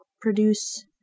produce